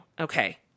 Okay